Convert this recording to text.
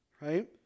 right